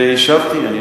שאלתי על קדושת החג.